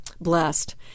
Blessed